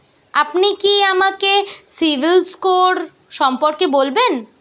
আপনি কি আমাকে সিবিল স্কোর সম্পর্কে বলবেন?